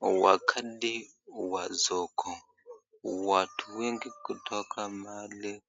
Wakati wa soko watu wengi kutoka mahali